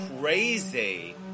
crazy